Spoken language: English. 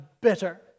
bitter